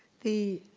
the,